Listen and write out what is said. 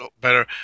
better